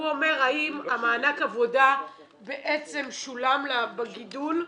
הוא אומר: האם מענק העבודה בעצם שולם לה בגידול?